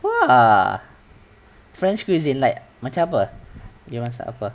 !wah! french cuisine like macam apa you masak apa